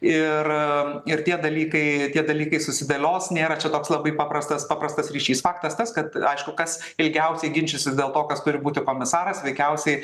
ir ir tie dalykai tie dalykai susidėlios nėra čia toks labai paprastas paprastas ryšys faktas tas kad aišku kas ilgiausiai ginčysis dėl to kas būti komisaras veikiausiai